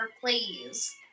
please